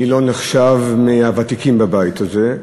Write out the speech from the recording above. אני לא נחשב מהוותיקים בבית הזה,